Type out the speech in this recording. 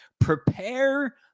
Prepare